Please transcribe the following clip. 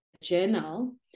journal